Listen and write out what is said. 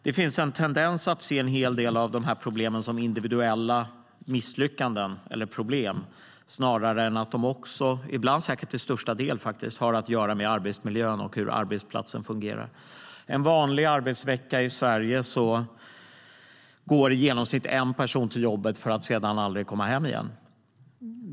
Det finns en tendens till att se en hel del av dessa problem som individuella misslyckanden snarare än att de till största delen har att göra med arbetsmiljön och hur arbetsplatsen fungerar. Under en vanlig arbetsvecka i Sverige går i genomsnitt en person till jobbet för att sedan aldrig komma hem igen.